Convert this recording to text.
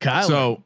kind of so